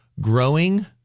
growing